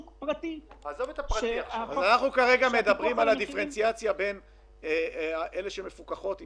אנחנו מדברים על הדיפרנציאציה בין המסגרות עם